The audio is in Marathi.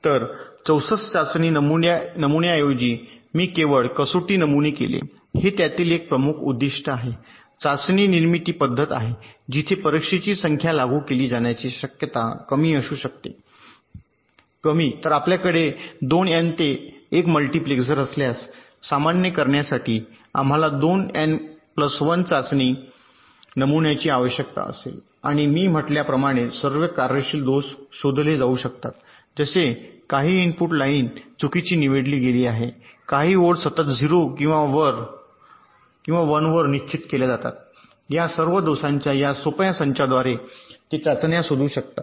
तर 64 चाचणी नमुन्यांऐवजी मी केवळ कसोटी नमुने केले हे त्यातील एक प्रमुख उद्दीष्ट आहे चाचणी निर्मिती पद्धत आहे जिथे परीक्षेची संख्या लागू केली जाण्याची शक्यता कमी असू शकते कमी तर आपल्याकडे 2 एन ते 1 मल्टिप्लेसर असल्यास सामान्य करण्यासाठी आम्हाला 2 एन 1 चाचणी नमुन्यांची आवश्यकता असेल आणि मी म्हटल्याप्रमाणे सर्व कार्यशील दोष शोधले जाऊ शकतात जसे काही इनपुट लाइन चुकीची निवडली गेली आहे काही ओळी सतत 0 किंवा 1 वर निश्चित केल्या जातात या सर्व दोषांच्या या सोप्या संचाद्वारे ते चाचण्या शोधू शकतात